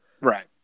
Right